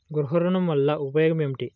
గృహ ఋణం వల్ల ఉపయోగం ఏమి?